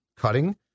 cutting